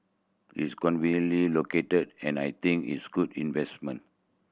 it's conveniently located and I think it's good investment